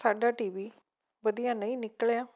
ਸਾਡਾ ਟੀਵੀ ਵਧੀਆ ਨਹੀਂ ਨਿਕਲਿਆ